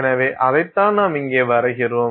எனவே அதைத்தான் நாம் இங்கே வரைகிறோம்